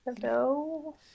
Hello